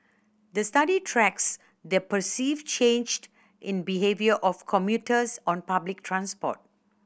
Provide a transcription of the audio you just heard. the study tracks the perceived changed in behaviour of commuters on public transport